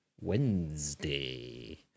Wednesday